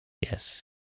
Yes